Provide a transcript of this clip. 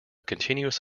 continuous